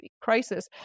crisis